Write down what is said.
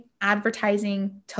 advertising